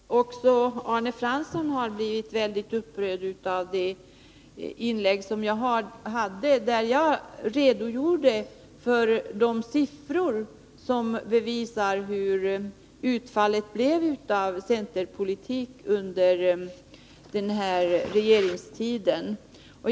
Herr talman! Också Arne Fransson har blivit upprörd över mitt inlägg, där jag anförde siffror som visar hur utfallet blev av centerpolitiken under den borgerliga regeringstiden.